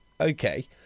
Okay